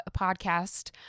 podcast